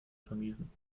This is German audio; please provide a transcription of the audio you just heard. vermiesen